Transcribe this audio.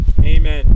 amen